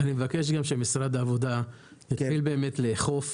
אדוני, אני מבקש גם שמשרד העבודה יתחיל באמת לאכוף